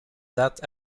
date